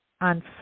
on